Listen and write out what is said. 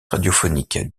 radiophoniques